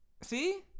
See